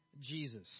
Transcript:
Jesus